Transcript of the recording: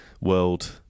world